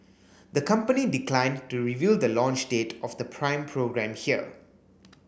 the company declined to reveal the launch date of the Prime programme here